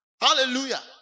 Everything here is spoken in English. Hallelujah